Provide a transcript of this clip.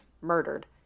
murdered